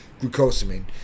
glucosamine